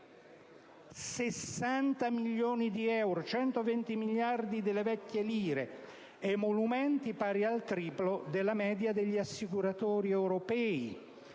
60 milioni di euro, 120 miliardi di vecchie lire, emolumenti pari al triplo della media degli assicuratori europei.